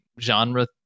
genre